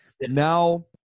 now